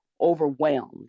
overwhelmed